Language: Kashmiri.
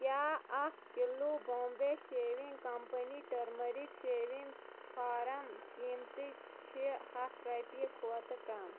کیٛاہ اَکھ kilo Bombay shaving company turmeric shaving foam قۭمتی چھِ ہَتھ رۄپٮ۪و کھۄتہٕ کم